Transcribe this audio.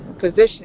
position